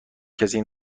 کسی